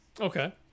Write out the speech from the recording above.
Okay